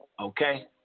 Okay